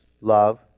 love